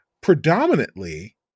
predominantly